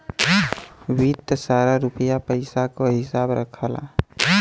वित्त सारा रुपिया पइसा क हिसाब रखला